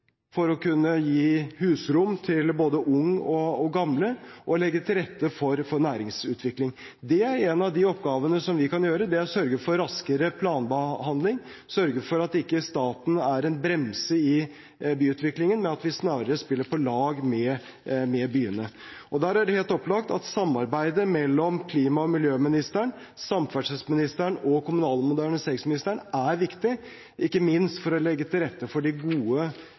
for å kunne gi husrom til både unge og gamle, og for å legge til rette for næringsutvikling. Det er én av de oppgavene som vi kan gjøre: Vi kan sørge for raskere planbehandling, og at staten ikke er en bremse i byutviklingen, men at vi snarere spiller på lag med byene. Der er det helt opplagt at samarbeidet mellom klima- og miljøministeren, samferdselsministeren og kommunal- og moderniseringsministeren er viktig – ikke minst for å legge til rette for de gode